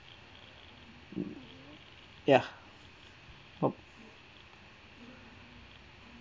ya oh